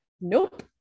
Nope